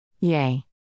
Yay